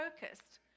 focused